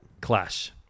Clash